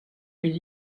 une